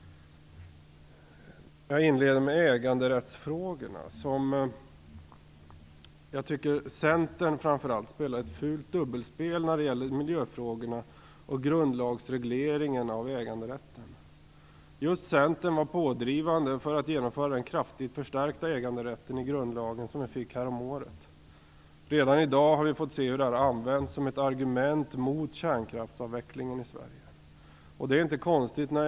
Jag inleder med äganderättsfrågorna. Framför allt Centern spelar, tycker jag, ett fult dubbelspel när det gäller miljöfrågorna och grundlagsregleringen av äganderätten. Just Centern var ju pådrivande för att genomföra den kraftigt förstärkta äganderätt i grundlagen som vi fick härom året. Redan i dag har vi fått se hur detta har använts som ett argument mot kärnkraftsavvecklingen i Sverige. Det är inte konstigt.